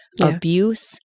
abuse